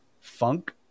funk